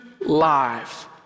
life